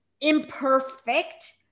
imperfect